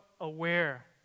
aware